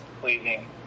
pleasing